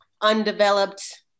undeveloped